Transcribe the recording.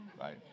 Right